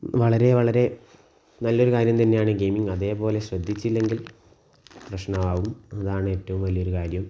വളരെ വളരെ നല്ലൊരു കാര്യം തന്നെയാണ് ഗെയിമിങ് അതേപോലെ ശ്രദ്ധിച്ചില്ലെങ്കിൽ പ്രശ്നമാകും അതാണ് ഏറ്റവും വലിയൊരു കാര്യം